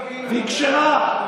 והיא כשרה,